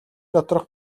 доторх